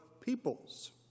peoples